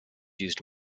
used